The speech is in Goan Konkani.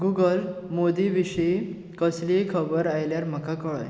गूगल मोदी विशीं कसलीय खबर आयल्यार म्हाका कळय